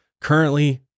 currently